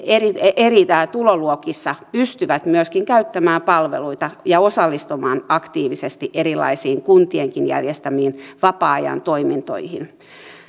eri eri tuloluokissa pystyvät käyttämään palveluita ja osallistumaan aktiivisesti erilaisiin kuntienkin järjestämiin vapaa ajan toimintoihin